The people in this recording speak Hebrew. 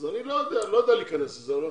אז אני לא יודע להיכנס לזה.